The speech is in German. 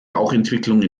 rauchentwicklung